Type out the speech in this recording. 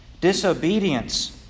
Disobedience